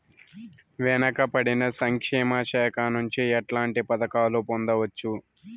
వెనుక పడిన సంక్షేమ శాఖ నుంచి ఎట్లాంటి పథకాలు పొందవచ్చు?